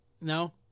No